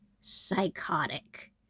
psychotic